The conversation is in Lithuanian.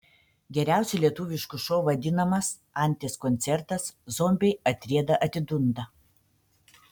geriausiu lietuvišku šou vadinamas anties koncertas zombiai atrieda atidunda